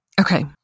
Okay